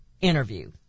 interview